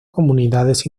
comunidades